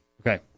Okay